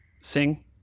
Sing